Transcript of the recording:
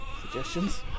suggestions